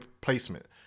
placement